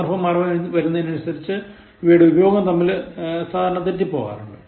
സന്ദർഭം മാറിവരുന്നതിനനുസരിച്ചു ഇവയുടെ ഉപയോഗം തമ്മിൽ തെറ്റിപ്പോകരുത്